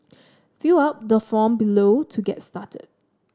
fill out the form below to get started